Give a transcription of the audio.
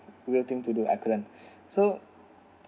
real thing to do I couldn't so